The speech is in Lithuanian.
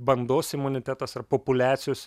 bandos imunitetas ar populiacijos